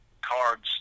cards